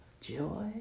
joy